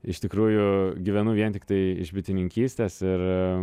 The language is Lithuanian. iš tikrųjų gyvenu vien tiktai iš bitininkystės ir